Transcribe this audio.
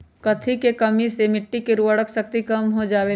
कथी के कमी से मिट्टी के उर्वरक शक्ति कम हो जावेलाई?